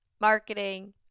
marketing